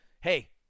Hey